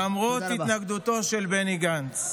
למרות התנגדותו של בני גנץ.